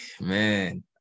man